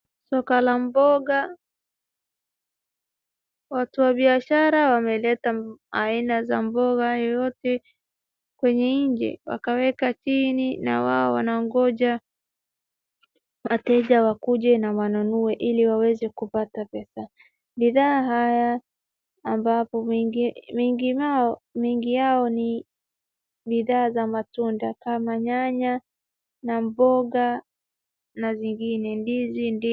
Soko la mboga, watu wa biashara wameleta aina za mboga yoyote kwenye nje wakaweka chini na wao wanangoja wateja wakuje na wanunue ili waweze kupata pesa. Bidhaa hizi amapo nyingi yao ni bidhaa za matunda kama nyanya na mboga na zingine, ndizi, ndimu.